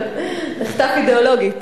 מחטף אידיאולוגי.